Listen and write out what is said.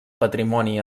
patrimoni